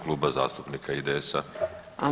Kluba zastupnika IDS-a.